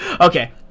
Okay